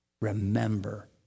Remember